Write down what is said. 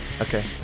Okay